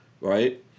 right